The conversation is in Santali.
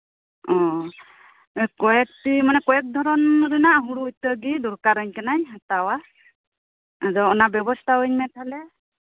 ᱳ ᱠᱚᱭᱮᱠᱴᱤ ᱢᱟᱱᱮ ᱠᱚᱭᱮᱠᱫᱷᱚᱨᱚᱱ ᱨᱮᱱᱟᱜ ᱦᱩᱲᱩ ᱤᱛᱟᱹᱜᱤ ᱫᱚᱨᱠᱟᱨᱟᱹᱧ ᱠᱟᱱᱟ ᱦᱟᱛᱟᱣᱟ ᱟᱫᱚ ᱚᱱᱟ ᱵᱮᱵᱚᱥᱛᱟᱣᱟᱹᱧ ᱢᱮ ᱛᱟᱦᱚᱞᱮ